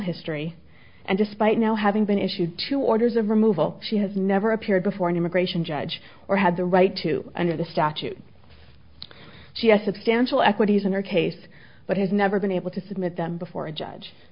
history and despite now having been issued two orders of removal she has never appeared before an immigration judge or had the right to under the statute she has substantial equities in her case but has never been able to submit them before a judge